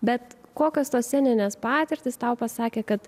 bet kokios tos sceninės patirtys tau pasakė kad